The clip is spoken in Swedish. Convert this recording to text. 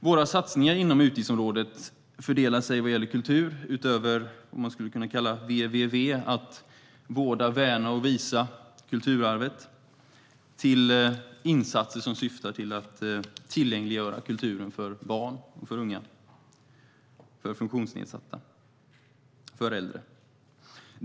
Våra satsningar inom utgiftsområdet fördelar sig vad gäller kultur, utöver vad man skulle kunna kalla VVV - att vårda, värna och visa kulturarvet - till insatser som syftar till att tillgängliggöra kulturen för barn och unga, för funktionsnedsatta och för äldre.